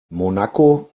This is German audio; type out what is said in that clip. monaco